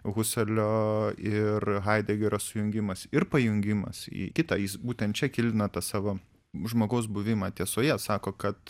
huserlio ir haidegerio sujungimas ir pajungimas į kitą jis būtent čia kildina savo žmogaus buvimą tiesoje sako kad